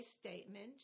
statement